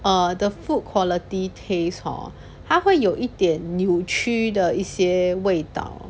err the food quality taste hor 他会有一点扭曲的一些味道